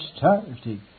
charity